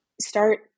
start